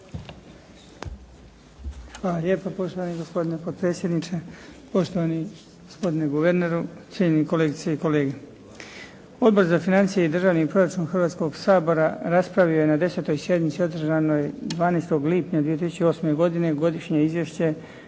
Hvala lijepa. Poštovani gospodine potpredsjedniče, poštovani gospodine guverneru, cijenjeni kolegice i kolege. Odbor za financije i državni proračun Hrvatskoga sabora raspravio je na 10. sjednici održanoj 12. lipnja 2008. godine Godišnje izvješće